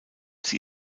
sie